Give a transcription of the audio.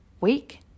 week